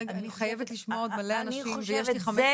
אני חייבת לשמוע עוד מלא אנשים ויש לי חמש דקות.